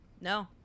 No